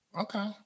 Okay